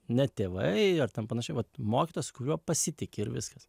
ne tėvai ar ten panašiai vat mokytojas su kuriuo pasitiki ir viskas